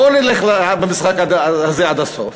בואו נלך במשחק הזה עד הסוף